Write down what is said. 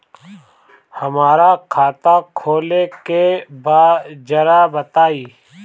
हमरा खाता खोले के बा जरा बताई